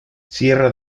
sierra